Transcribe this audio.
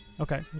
Okay